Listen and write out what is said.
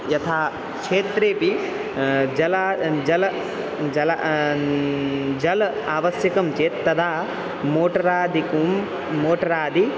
यथा क्षेत्रेपि जलं जलं जलं जलम् आवश्यकं चेत् तदा मोट्रादिकं मोट्रादि